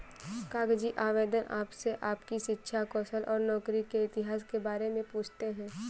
कागजी आवेदन आपसे आपकी शिक्षा, कौशल और नौकरी के इतिहास के बारे में पूछते है